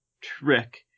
trick